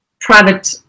private